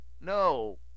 no